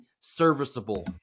serviceable